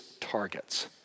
targets